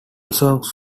songs